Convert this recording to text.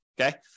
Okay